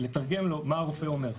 לתרגם להם מה הרופא אומר,